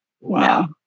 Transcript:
wow